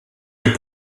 est